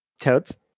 Toads